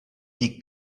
die